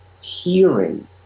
hearing